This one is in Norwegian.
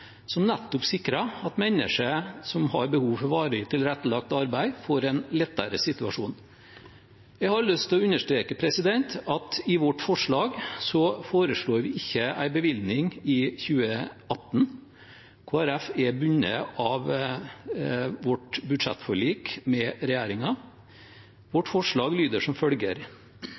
som nettopp sikrer at mennesker som har behov for varig tilrettelagt arbeid, får en lettere situasjon. Jeg har lyst til å understreke at i vårt forslag foreslår vi ikke en bevilgning i 2018. Kristelig Folkeparti er bundet av vårt budsjettforlik med regjeringen. Vårt forslag lyder som følger: